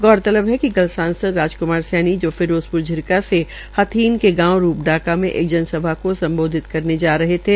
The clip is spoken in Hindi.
गौर तलब है कि कल सांसद राजकुमार सैनी फिरोजपुर झिरका से हथीन के गांव रूपाडाका मे एक जन सभा को सम्बोधित करने जा रह थे